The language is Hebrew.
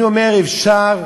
אני אומר, אפשר,